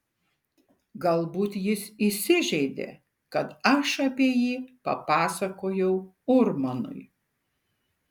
galbūt jis įsižeidė kad aš apie jį papasakojau urmanui